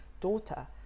daughter